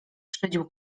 szydził